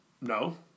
no